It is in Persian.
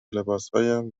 لباسهایم